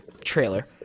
trailer